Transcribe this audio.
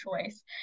choice